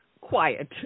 quiet